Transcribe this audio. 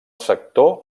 sector